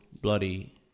bloody